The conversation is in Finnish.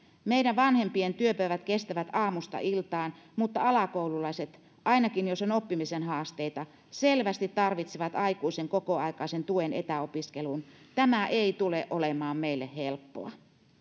meidän vanhempien työpäivät kestävät aamusta iltaan mutta alakoululaiset ainakin jos on oppimisen haasteita selvästi tarvitsevat aikuisen kokoaikaisen tuen etäopiskeluun tämä ei tule olemaan meille helppoa